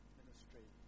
ministry